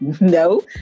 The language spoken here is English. no